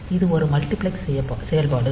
இது ஒரு மல்டிபிளெக்ஸ் செயல்பாடு